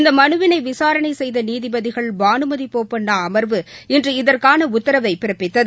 இந்த மனுவை விசாரணை செய்த நீதிபதிகள் பானுமதி போப்பண்ணா அமர்வு இன்று இதற்கான உத்தரவை பிறப்பித்தது